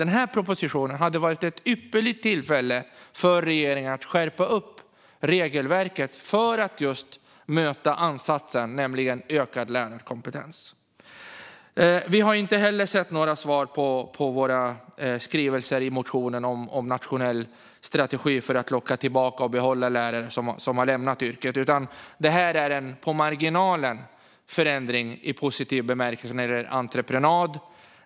Den här propositionen hade varit ett ypperligt tillfälle för regeringen att skärpa regelverket, just för att möta ansatsen, nämligen ökad lärarkompetens. Vi har inte heller sett några svar på våra skrivelser i motionen om en nationell strategi för att locka tillbaka och behålla lärare som har lämnat yrket. Det här är en på marginalen förändring i positiv bemärkelse när det gäller entreprenad.